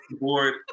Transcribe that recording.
board